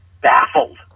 baffled